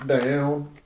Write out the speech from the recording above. down